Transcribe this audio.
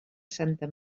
santa